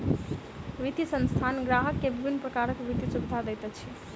वित्तीय संस्थान ग्राहक के विभिन्न प्रकारक वित्तीय सुविधा दैत अछि